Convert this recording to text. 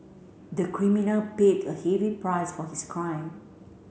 the criminal paid a heavy price for his crime